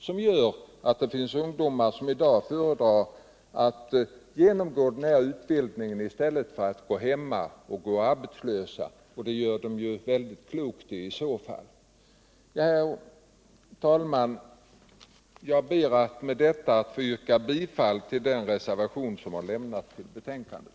Det finns i dag ungdomar som föredrar att genomgå den här utbildningen i stället för att gå hemma och vara arbetslösa, och det gör de i så fall väldigt klokt i. Herr talman! Jag ber med detta att få yrka bifall till den reservation som avgivits till betänkandet.